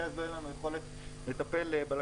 כי אז לא תהיה לנו יכולת לטפל בלקוחות.